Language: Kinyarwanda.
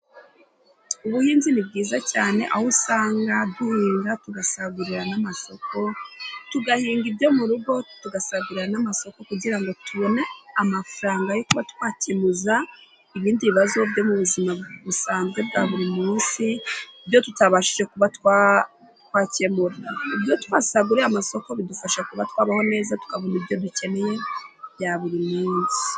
Ubuhinzi ni bwiza cyane aho usanga duhinga tugasagurira n'amasoko, tugahinga ibyo mu rugo tugasagurira n'amasoko kugira ngo tubone amafaranga yo twakemuza ibindi bibazo byo mu buzima busanzwe bwa buri munsi, ibyo tutabashije kuba twakemura. Ibyo twasaguriya amasoko bidufasha kuba twabaho neza, tukabona ibyo dukeneye bya buri munsi.